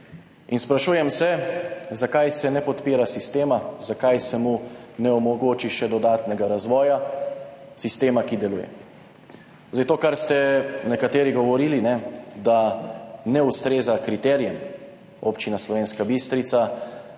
In sprašujem se, zakaj se ne podpira sistema, zakaj se ne omogoči še dodatnega razvoja sistema, ki deluje. To, kar ste nekateri govorili, da Občina Slovenska Bistrica